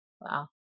Wow